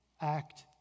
act